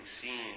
seen